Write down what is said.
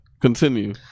Continue